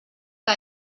que